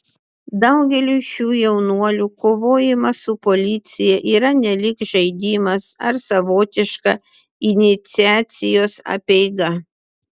daugeliui šių jaunuolių kovojimas su policija yra nelyg žaidimas ar savotiška iniciacijos apeiga